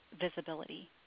visibility